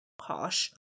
Harsh